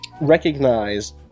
recognize